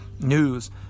news